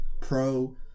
pro